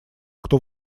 кто